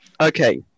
Okay